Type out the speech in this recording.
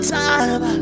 time